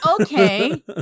Okay